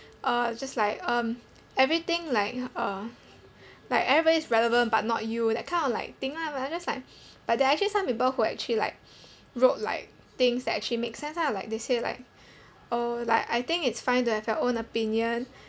uh just like um everything like uh like everybody is relevant but not you that kind of like thing lah but I just like but there are actually some people who actually like wrote like things that actually make sense lah like they say like oh like I think it's fine to have your own opinion